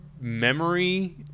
memory